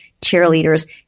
cheerleaders